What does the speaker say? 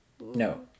No